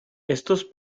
estos